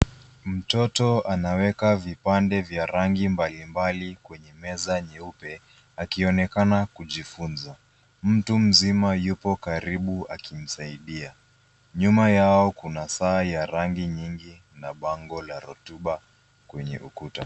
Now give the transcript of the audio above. Mtoto anaweka vipande vya rangi mbalimbali kwenye meza nyeupe, akionekana kujifunza. Mtu mzima yupo karibu akimsaidia. Nyuma yao kuna saa ya rangi nyingi na bango la rotuba kwenye ukuta.